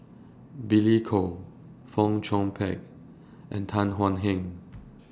Billy Koh Fong Chong Pik and Tan Thuan Heng